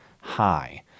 High